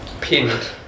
pinned